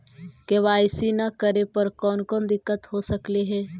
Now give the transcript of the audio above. KYC न करे पर कौन कौन दिक्कत हो सकले हे?